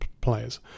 players